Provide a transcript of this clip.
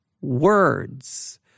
words